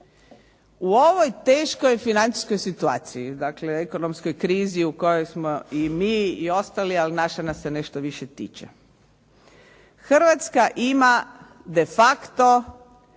U ovoj teškoj financijskoj situaciji, dakle ekonomskoj krizi u kojoj smo mi ali i ostali ali nas se nešto više tiče. Hrvatska ima de facto